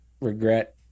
regret